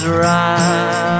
right